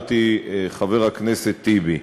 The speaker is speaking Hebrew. שעליו שאל אותי חבר הכנסת טיבי.